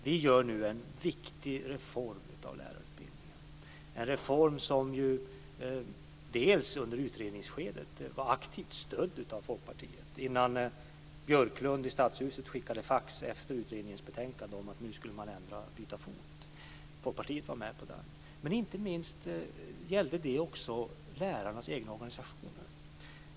Vi genomför nu en viktig reform av lärarutbildningen, en reform som under utredningsskedet aktivt stöddes av Folkpartiet, innan Björklund i Stadshuset efter färdigställandet av utredningens betänkande skickade fax om att man nu skulle byta fot. Folkpartiet var med på den utredningen. Men inte minst gäller det också lärarnas egna organisationer.